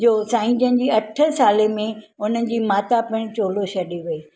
जो साईं जनि जी अठ साले में हुनजी माता पिणु चोलो छॾे वई